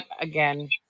Again